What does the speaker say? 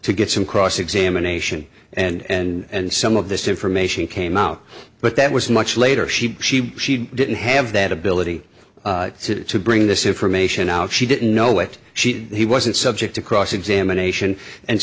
to get some cross examination and some of this information came out but that was much later she she she didn't have that ability to bring this information out she didn't know it she he wasn't subject to cross examination and